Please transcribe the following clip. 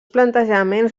plantejaments